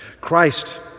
Christ